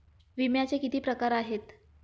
विम्याचे किती प्रकार आहेत?